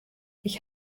ich